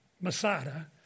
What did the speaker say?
Masada